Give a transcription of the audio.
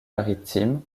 maritimes